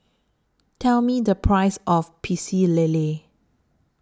Tell Me The Price of Pecel Lele